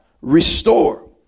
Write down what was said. restore